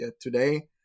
today